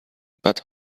but